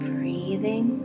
Breathing